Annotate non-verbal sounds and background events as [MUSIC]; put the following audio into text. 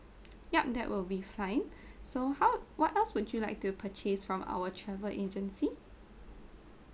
yup that will be fine [BREATH] so how what else would you like to purchase from our travel agency